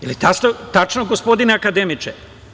Da li je tačno, gospodine akademiče?